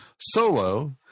solo